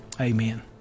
Amen